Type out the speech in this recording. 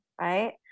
right